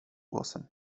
głosem